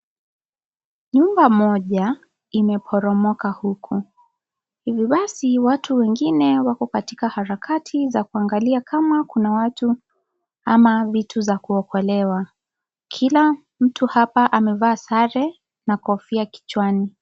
Nyumba moja imeporomoka huku. Hivi basi watu wengine wako katika harakati za kuanaglia kama kuna watu ama vitu za kuokolewa. Kila mtu hapa amevaa sare na kofia kichwani.